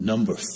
Number